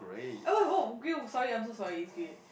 eh oh grey sorry I am so sorry it's grey